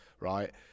right